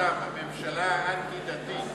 חוק הפחתת הגירעון והגבלת ההוצאה התקציבית (תיקון מס' 13),